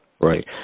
Right